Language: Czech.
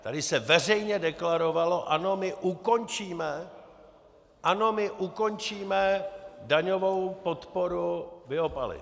Tady se veřejně deklarovalo: Ano, my ukončíme, ano, my ukončíme daňovou podporu biopaliv.